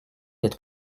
être